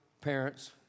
parents